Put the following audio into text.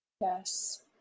yes